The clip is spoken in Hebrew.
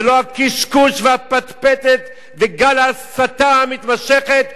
ולא הקשקוש והפטפטת וגל ההסתה המתמשכת.